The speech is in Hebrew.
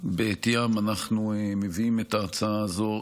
שבעטיים אנחנו מביאים את ההצעה הזו.